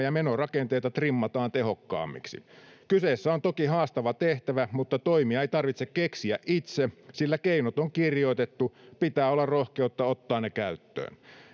ja menorakenteitamme trimmataan tehokkaammiksi. Kyseessä on toki haastava tehtävä, mutta toimia ei tarvitse keksiä itse, sillä keinot on kirjoitettu — pitää olla rohkeutta ottaa ne käyttöön.